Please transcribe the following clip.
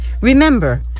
remember